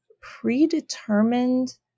predetermined